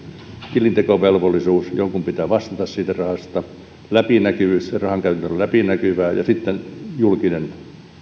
tilintekovelvollisuus eli jonkun pitää vastata siitä rahasta läpinäkyvyys eli rahankäytön tulee olla läpinäkyvää ja sitten julkinen